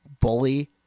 bully